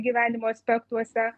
gyvenimo aspektuose